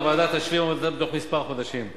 הוועדה תשלים עבודתה בתוך חודשים מספר.